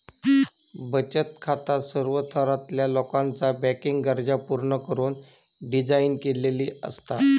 बचत खाता सर्व स्तरातला लोकाचा बँकिंग गरजा पूर्ण करुक डिझाइन केलेली असता